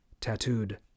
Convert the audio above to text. tattooed